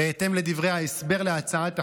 בהתאם לדברי ההסבר להצעת החוק,